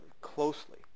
closely